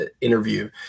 interview